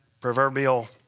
proverbial